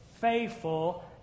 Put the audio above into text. faithful